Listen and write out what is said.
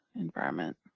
environment